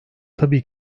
tabii